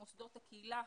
מוסדות הקהילה,